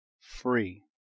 free